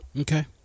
Okay